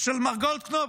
של מר גולדקנופ?